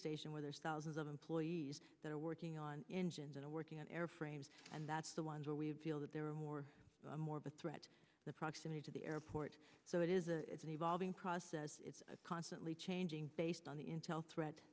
station where there's thousands of employees that are working on engines that are working on airframe and that's the ones where we feel that there are more more of a threat to the proximity to the airport so it is a it's an evolving process it's a constantly changing based on the intel threat